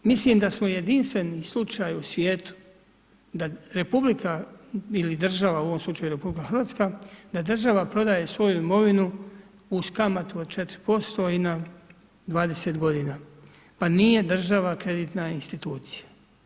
Mislim da smo jedinstveni slučaj u svijetu da republika ili država u ovom slučaju RH, da država prodaje svoju imovinu uz kamatu od 4% i na 20 g. Pa nije državna kreditna institucija.